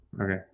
okay